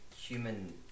human